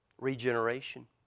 Regeneration